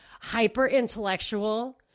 hyper-intellectual